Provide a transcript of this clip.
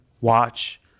watch